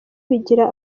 bigira